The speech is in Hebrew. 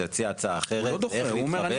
שיציע הצעה אחרת איך לתחבר.